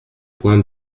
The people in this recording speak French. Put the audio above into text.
point